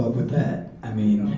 ah with that? i mean,